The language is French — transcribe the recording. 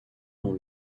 dans